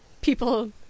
people